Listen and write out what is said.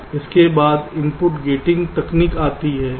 संदर्भ स्लाइड देखें 2233 इसके बाद इनपुट गेटिंग तकनीक आती है